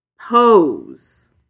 Pose